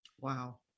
Wow